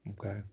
Okay